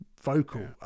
vocal